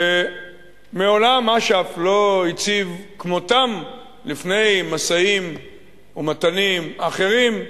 שמעולם אש"ף לא הציב כמותם לפני משאים-ומתנים אחרים,